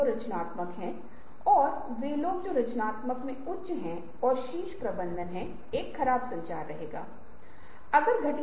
अब हम कहते हैं कि हम दो भाग करते हैं दो श्रेणियां बनाएं और हम शुरू में उन्हें जोड़ने की कोशिश नहीं करते हैं